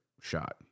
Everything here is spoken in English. shot